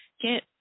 get